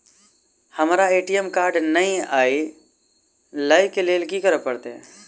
हमरा ATM card नै अई लई केँ लेल की करऽ पड़त?